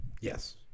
Yes